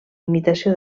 imitació